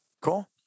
Cool